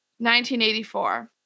1984